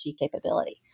capability